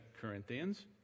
Corinthians